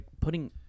putting